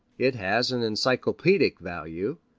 it has an encyclopaedic value.